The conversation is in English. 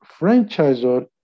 Franchisor